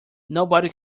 nobody